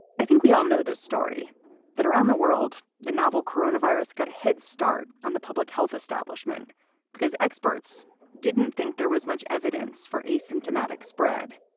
i think we all know this story that around the world, the novel coronavirus got a head start on the public health establishment because experts didn't think there was much evidence for asymptomatic spread.